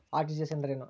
RTGS ಎಂದರೇನು?